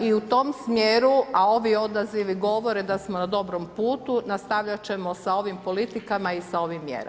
I u tom smjeru, a ovi odazivi govore da smo na dobrom putu, nastavljat ćemo sa ovim politikama i sa ovim mjerama.